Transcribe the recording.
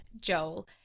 Joel